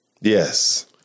Yes